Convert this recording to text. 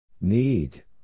Need